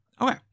Okay